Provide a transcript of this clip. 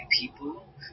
people